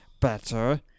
better